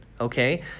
okay